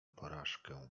porażkę